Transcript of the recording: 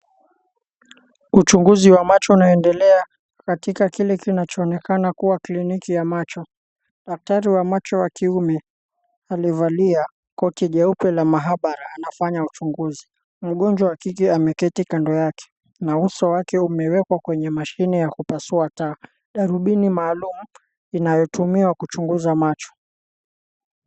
Uchunguzi wa macho unaendelea katika kile kinachoonekana kuwa, kliniki ya macho. Daktari wa macho wa kiume alivalia koti jeupe la maabara, anafanya uchunguzi. Mgonjwa wa kike ameketi kando yake, na uso wake umewekwa kwenye mashine ya kupasua taa. Darubini maalum inayotumiwa kuchunguza macho.